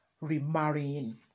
Remarrying